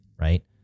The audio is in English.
right